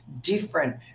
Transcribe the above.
different